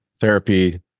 therapy